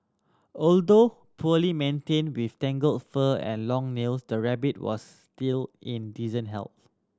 although poorly maintained with tangled fur and long nails the rabbit was still in decent health